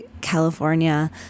California